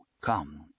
Come